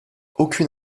aucune